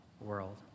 world